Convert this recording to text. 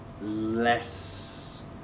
less